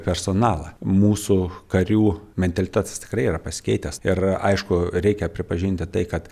personalą mūsų karių mentalitetas tikrai yra pasikeitęs ir aišku reikia pripažinti tai kad